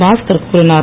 பாஸ்கர் கூறினார்